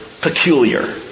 Peculiar